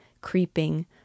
creeping